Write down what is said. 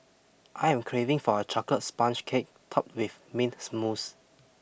I am craving for a chocolate sponge cake topped with mint smooth